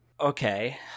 Okay